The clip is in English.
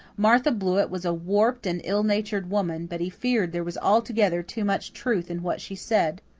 martha blewett was a warped and ill-natured woman, but he feared there was altogether too much truth in what she said.